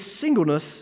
singleness